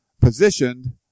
positioned